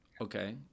Okay